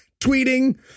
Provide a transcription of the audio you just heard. tweeting